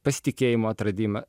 pasitikėjimo atradimą